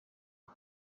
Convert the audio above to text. aho